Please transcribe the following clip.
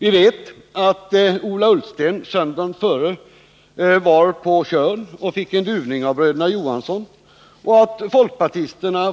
Vi vet att Ola Ullsten söndagen före var på Tjörn och fick en duvning av Nr 30 på tisdagen.